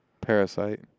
Parasite